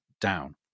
down